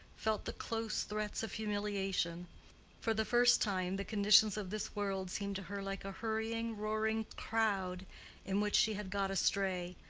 felt the close threats of humiliation for the first time the conditions of this world seemed to her like a hurrying roaring crowd in which she had got astray,